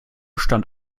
stand